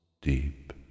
deep